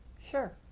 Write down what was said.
sure.